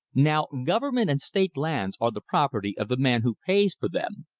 now government and state lands are the property of the man who pays for them.